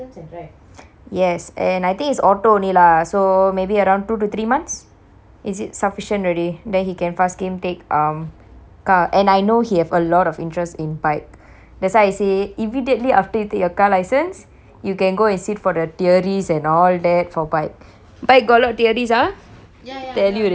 yes and I think it's auto only lah so maybe around two to three months is it sufficient already then he can fast game take um car and I know he have a lot of interest in bike that's why I say immediately after you take your car license you can go and sit for the theories and all that for bike bike got a lot of theories ah tell you already